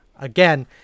Again